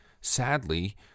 sadly